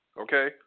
okay